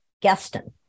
G-A-S-T-O-N